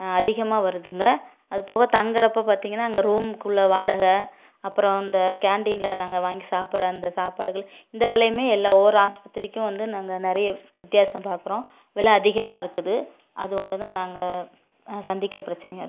அதிகமாக வருதுங்க அதுபோக தங்குறப்போ பார்த்திங்கன்னா அங்கே ரூமுக்குள்ள வாடகை அப்புறம் அந்த கேண்டீனில் நாங்கள் வாங்கி சாப்பிட்ற அந்த சாப்பாடுகள் இந்த விலையும் எல்லாம் ஒவ்வொரு ஆஸ்பத்திரிக்கும் வந்து நாங்கள் நிறைய வித்தியாசம் பாக்கிறோம் விலை அதிகமாக இருக்குது அது ஒன்று தான் நாங்கள் சந்திக்கிற பிரச்சனையாக இருக்குது